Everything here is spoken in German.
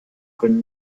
könne